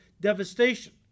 devastation